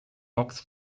box